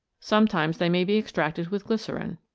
sometimes they may be extracted with glycerine.